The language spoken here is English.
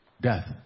death